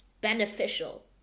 beneficial